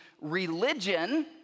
religion